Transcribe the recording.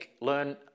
learn